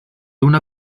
una